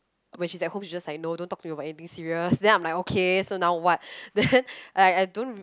when she's at home she just like no don't talk to me about anything serious then I am like okay so now what then I don't